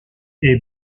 est